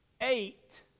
eight